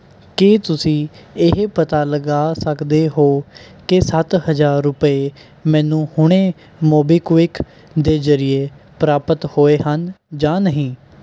ਕੀ ਤੁਸੀਂਂ ਇਹ ਪਤਾ ਲਗਾ ਸਕਦੇ ਹੋ ਕਿ ਸੱਤ ਹਜ਼ਾਰ ਰੁਪਏ ਮੈਨੂੰ ਹੁਣੇ ਮੋਬੀਕਵਿਕ ਦੇ ਜ਼ਰੀਏ ਪ੍ਰਾਪਤ ਹੋਏ ਹਨ ਜਾਂ ਨਹੀਂ